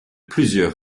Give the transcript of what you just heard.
plusieurs